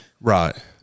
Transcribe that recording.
Right